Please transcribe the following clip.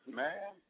man